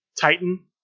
Titan